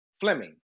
Fleming